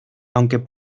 aunque